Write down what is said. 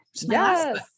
Yes